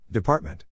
Department